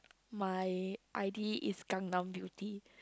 my I_D is Gangnam Beauty